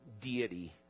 deity